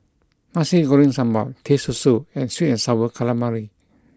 Nasi Goreng Sambal Teh Susu and sweet and sour calamari